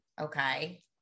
Okay